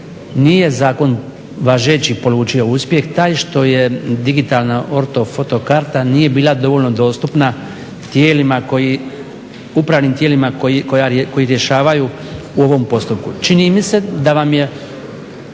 nije zakon važeći polučio uspjeh taj što je digitalna ortofoto karta nije bila dovoljno dostupna upravnim tijelima koji rješavaju u ovom postupku. Čini mi se da vam je